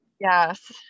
Yes